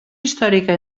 històrica